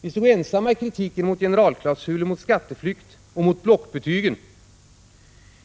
Vi stod ensamma i kritiken mot generalklausulen mot skatteflykt och mot blockbetygen.